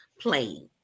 playing